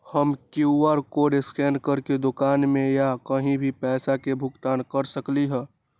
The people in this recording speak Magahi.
हम कियु.आर कोड स्कैन करके दुकान में या कहीं भी पैसा के भुगतान कर सकली ह?